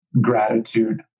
gratitude